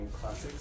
classics